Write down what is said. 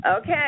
Okay